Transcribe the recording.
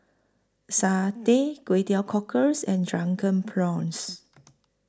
Satay Kway Teow Cockles and Drunken Prawns